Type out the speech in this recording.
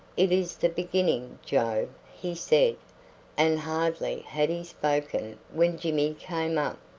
it is the beginning, joe, he said and hardly had he spoken when jimmy came up.